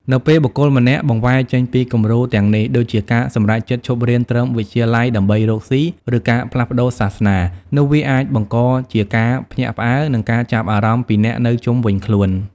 នៅពេលបុគ្គលម្នាក់ បង្វែរចេញពីគំរូទាំងនេះ ដូចជាការសម្រេចចិត្តឈប់រៀនត្រឹមវិទ្យាល័យដើម្បីរកស៊ី, ឬការផ្លាស់ប្តូរសាសនា នោះវាអាចបង្កជាការភ្ញាក់ផ្អើល និងការចាប់អារម្មណ៍ពីអ្នកនៅជុំវិញខ្លួន។